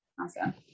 Awesome